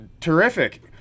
terrific